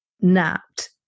napped